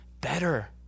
better